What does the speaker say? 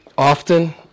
Often